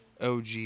OG